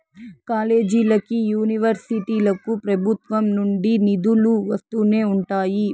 కాలేజీలకి, యూనివర్సిటీలకు ప్రభుత్వం నుండి నిధులు వస్తూనే ఉంటాయి